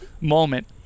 moment